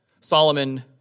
Solomon